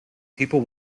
people